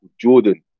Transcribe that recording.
Jordan